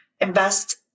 invest